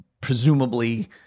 presumably